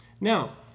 Now